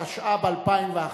התשע"ב 2011,